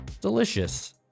Delicious